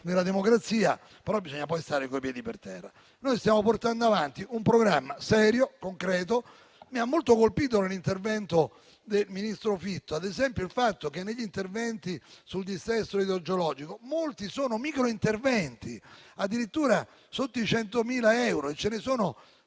nella democrazia, però bisogna poi stare coi piedi per terra. Stiamo portando avanti un programma serio e concreto. Mi ha molto colpito, nell'intervento del ministro Fitto, ad esempio, il fatto che in materia di dissesto idrogeologico molti siano i microinterventi, addirittura sotto i 100.000 euro (ce ne sono